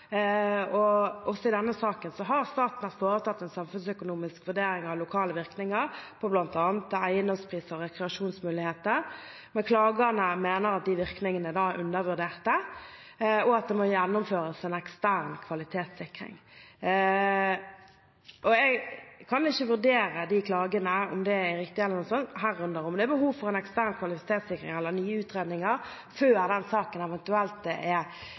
Også i denne saken har Statnett foretatt en samfunnsøkonomisk vurdering av lokale virkninger på bl.a. eiendomspriser og rekreasjonsmuligheter, men klagerne mener at disse virkningene er undervurderte, og at det må gjennomføres en ekstern kvalitetssikring. Jeg kan ikke vurdere disse klagene – om det er riktig og slike ting, herunder om det er behov for en ekstern kvalitetssikring eller nye utredninger – før den saken eventuelt